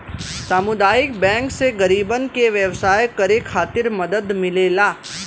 सामुदायिक बैंक से गरीबन के व्यवसाय करे खातिर मदद मिलेला